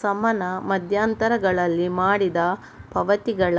ಸಮಾನ ಮಧ್ಯಂತರಗಳಲ್ಲಿ ಮಾಡಿದ ಪಾವತಿಗಳ